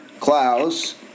Klaus